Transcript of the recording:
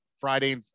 Friday